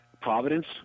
Providence